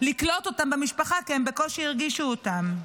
לקלוט אותם במשפחה, כי הם בקושי הרגישו אותם.